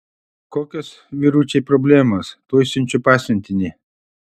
kokios vyručiai problemos tuoj siunčiu pasiuntinį